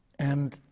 and